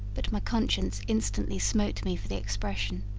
but my conscience instantly smote me for the expression.